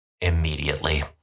Immediately